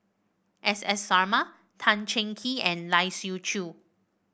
S S Sarma Tan Cheng Kee and Lai Siu Chiu